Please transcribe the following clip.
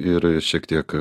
ir šiek tiek